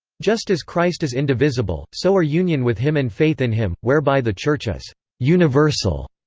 just as christ is indivisible, so are union with him and faith in him, whereby the church is universal,